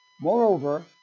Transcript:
Moreover